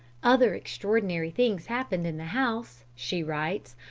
other extraordinary things happened in the house, she writes,